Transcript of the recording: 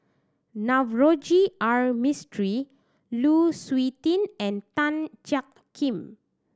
Navroji R Mistri Lu Suitin and Tan Jiak Kim